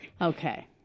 Okay